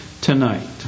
tonight